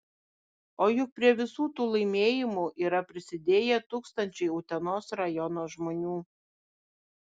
o juk prie visų tų laimėjimų yra prisidėję tūkstančiai utenos rajono žmonių